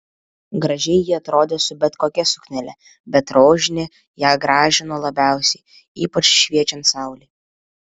gražiai ji atrodė su bet kokia suknele bet rožinė ją gražino labiausiai ypač šviečiant saulei